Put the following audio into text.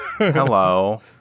hello